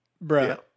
bro